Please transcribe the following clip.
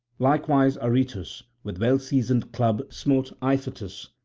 likewise aretus with well-seasoned club smote iphitus,